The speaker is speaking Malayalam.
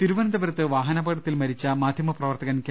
തിരുവനന്തപുരത്ത് വാഹനാപകടത്തിൽ മരിച്ച മാധ്യമ പ്രവർത്തകൻ കെ